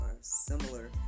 similar